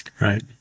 Right